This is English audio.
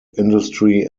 industry